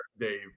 Dave